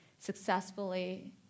successfully